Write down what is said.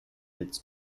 its